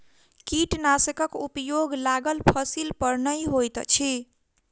कीटनाशकक उपयोग लागल फसील पर नै होइत अछि